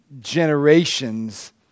generations